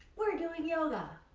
we're doing yoga.